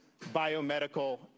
biomedical